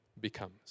becomes